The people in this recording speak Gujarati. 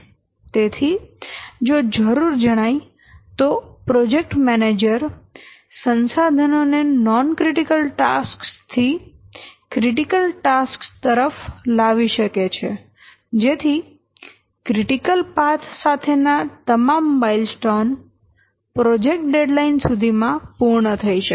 તેથી જો જરૂર જણાય તો પ્રોજેક્ટ મેનેજર સંસાધનો ને નોન ક્રિટીકલ ટાસ્કસ થી ક્રિટીકલ ટાસ્કસ તરફ લગાવી શકે છે જેથી ક્રિટીકલ પાથ સાથે ના તમામ માઈલસ્ટોન પ્રોજેક્ટ ડેડલાઈન સુધી માં પૂર્ણ થઈ શકે